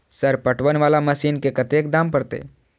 Sir पटवन वाला machine के कतेक दाम परतें?